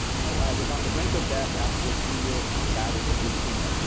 you know, was on the brink of death after a two-year battle with leukemia.